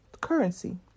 Currency